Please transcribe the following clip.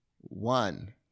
one